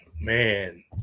Man